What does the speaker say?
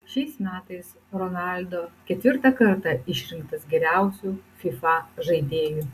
šiais metais ronaldo ketvirtą kartą išrinktas geriausiu fifa žaidėju